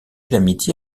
d’amitié